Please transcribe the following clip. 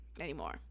anymore